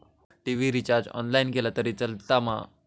TV recharge online केला तरी चलात मा?